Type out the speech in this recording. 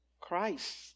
Christ